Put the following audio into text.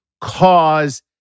cause